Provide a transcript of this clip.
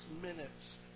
minutes